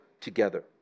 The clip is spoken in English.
together